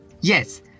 Yes